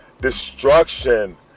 destruction